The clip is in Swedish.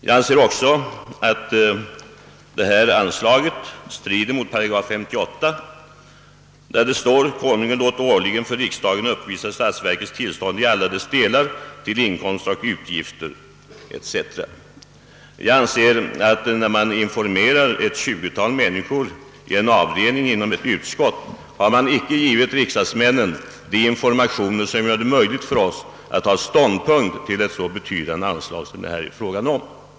Jag anser också att detta anslag strider mot 8 58 där det står: »Konungen låte årligen för riksdagen uppvisa statsverkets tillstånd i alla dess delar, till inkomster och utgifter ———.» Jag anser att när man informerar ett tjugotal människor i en avdelning inom ett utskott har man inte givit riksdagsmännen de informationer som gör det möjligt för dem att ta ställning till ett så betydande anslag som det här är fråga om.